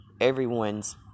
everyone's